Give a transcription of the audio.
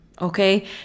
okay